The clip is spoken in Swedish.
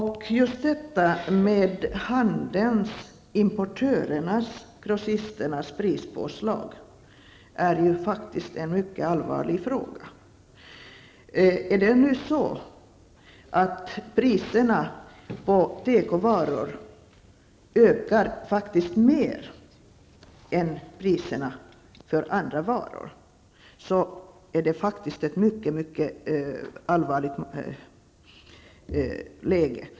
Handelns, importörernas och grossisternas prispåslag är faktiskt en mycket allvarlig fråga. Om priserna på tekovaror ökar mer än priserna på andra varor, är det faktiskt ett mycket allvarligt läge.